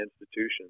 institutions